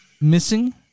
Missing